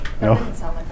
No